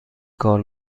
کار